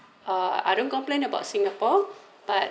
uh I don't complain about singapore but